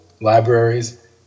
libraries